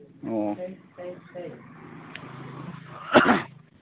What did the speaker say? ꯑꯣ